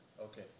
Okay